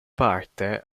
parte